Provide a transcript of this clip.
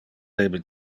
debe